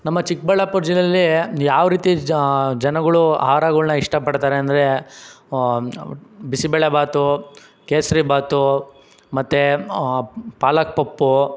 ನಮ್ಮ ಚಿಕ್ಕಬಳ್ಳಾಪುರ ಜಿಲ್ಲೆಲಿ ಯಾವ ರೀತಿ ಜನಗಳು ಆಹಾರಗಳ್ನ ಇಷ್ಟ ಪಡ್ತಾರೆ ಅಂದರೆ ಬಿಸಿಬೇಳೆ ಭಾತು ಕೇಸರಿ ಭಾತು ಮತ್ತೆ ಪಾಲಕ್ ಪಪ್ಪೂ